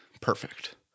Perfect